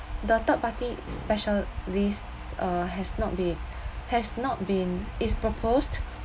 the third party specialist uh has not be has not been is proposed